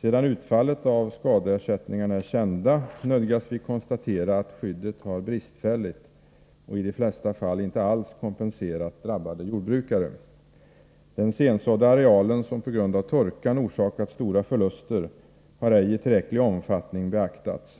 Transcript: Sedan utfallet av skadeersättningarna är känt, nödgas vi konstatera, att skyddet bristfälligt och i de flesta fall inte alls har kompenserat drabbade jordbrukare. Det faktum att den sensådda arealen på grund av torkan har orsakat stora förluster har ej i tillräcklig omfattning beaktats.